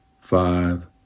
five